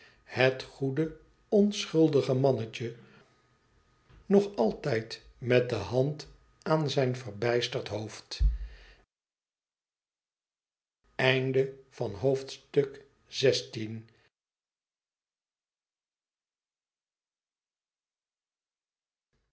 het goede onschuldige mannetje nog altijd met de hand aan zijn verbijsterd hoofd